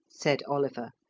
said oliver,